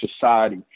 society